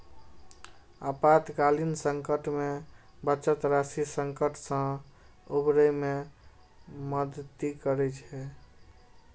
आपातकालीन संकट मे बचत राशि संकट सं उबरै मे मदति करै छै